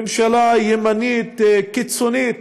ממשלה ימנית קיצונית.